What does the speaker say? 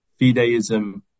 fideism